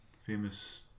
famous